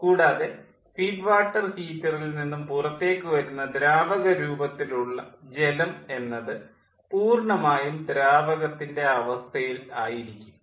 കൂടാതെ feed water ഹീറ്ററിൽ നിന്നും പുറത്തേക്കുവരുന്ന ദ്രാവക രൂപത്തിലുള്ള ജലം എന്നത് പൂർണ്ണമായും ദ്രാവകത്തിൻ്റെ അവസ്ഥയിൽ ആയിരിക്കും